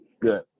Good